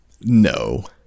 No